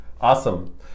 Awesome